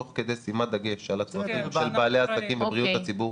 תוך כדי שימת דגש על הצרכים של בעלי העסקים ובריאות הציבור.